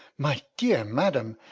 my dear madam,